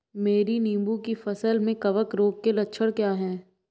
मेरी नींबू की फसल में कवक रोग के लक्षण क्या है?